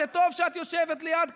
זה טוב שאת יושבת ליד כסיף,